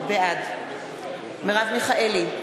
בעד מרב מיכאלי,